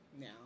now